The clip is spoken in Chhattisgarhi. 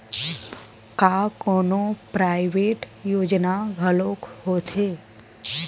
का कोनो प्राइवेट योजना घलोक होथे?